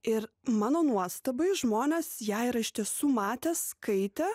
ir mano nuostabai žmonės ją yra iš tiesų matę skaitę